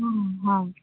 ହଁ ହଁ